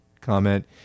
Comment